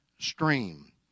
stream